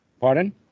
Pardon